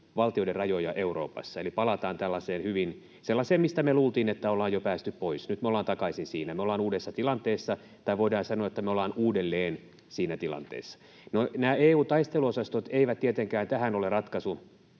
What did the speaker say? valtioiden rajoja Euroopassa, eli palataan sellaiseen, mistä me luultiin, että ollaan jo päästy pois. Nyt me ollaan takaisin siinä. Me ollaan uudessa tilanteessa, tai voidaan sanoa, että me ollaan uudelleen siinä tilanteessa. Nämä EU:n taisteluosastot eivät tietenkään ole ratkaisu